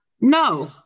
No